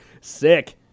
sick